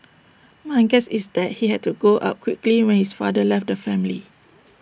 my guess is that he had to grow up quickly when his father left the family